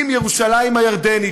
עם ירושלים הירדנית,